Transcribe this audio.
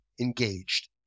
engaged